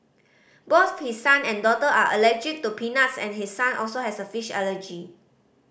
both his son and daughter are allergic to peanuts and his son also has a fish allergy